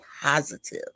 positive